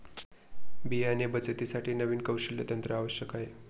बियाणे बचतीसाठी नवीन कौशल्य तंत्र आवश्यक आहे